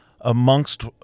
amongst